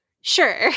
Sure